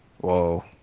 Whoa